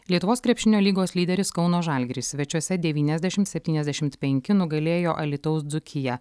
lietuvos krepšinio lygos lyderis kauno žalgiris svečiuose devyniasdešimt septyniasdešimt penki nugalėjo alytaus dzūkiją